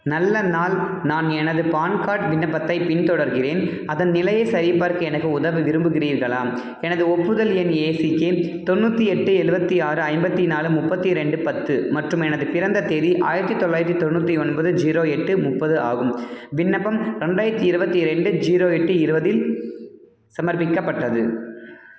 நல்ல நாள் நான் எனது பான் கார்ட் விண்ணப்பத்தைப் பின் தொடர்கின்றேன் அதன் நிலையை சரிபார்க்க எனக்கு உதவ விரும்புகிறீர்களா எனது ஒப்புதல் எண் ஏசிகே தொண்ணூற்றி எட்டு எழுவத்தி ஆறு ஐம்பத்தி நாலு முப்பத்தி ரெண்டு பத்து மற்றும் எனது பிறந்த தேதி ஆயிரத்தி தொள்ளாயிரத்தி தொண்ணூற்றி ஒன்பது ஜீரோ எட்டு முப்பது ஆகும் விண்ணப்பம் ரெண்டாயிரத்தி இருபத்தி ரெண்டு ஜீரோ எட்டு இருபதில் சமர்ப்பிக்கப்பட்டது